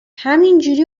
همینجوری